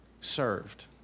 served